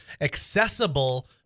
accessible